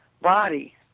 body